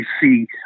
see